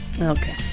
Okay